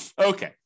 Okay